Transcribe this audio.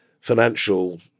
financial